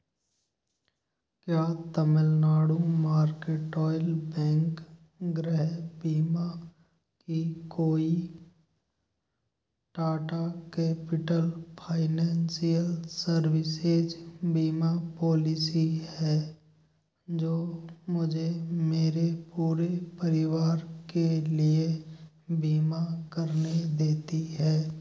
क्या Tamil Nadu market oil bank ग्रह बीमा की कोई टाटा कैपिटल फाइनेशियल सर्विसेज बीमा पोलिसी है जो मुझे मेरे पूरे परिवार के लिए बीमा करने देती है